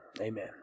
Amen